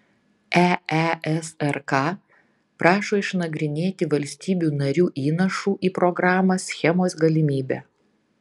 eesrk prašo išnagrinėti valstybių narių įnašų į programą schemos galimybę